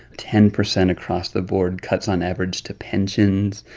ten percent across the board cuts on average to pensions,